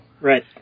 right